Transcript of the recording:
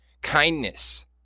kindness